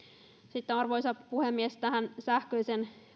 sitten arvoisa puhemies tähän sähköisen